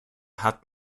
hat